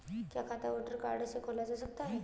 क्या खाता voter card से खोला जा सकता है?